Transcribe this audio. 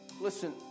listen